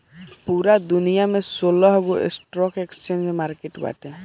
पूरा दुनिया में सोलहगो स्टॉक एक्सचेंज मार्किट बाटे